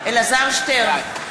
אלעזר שטרן,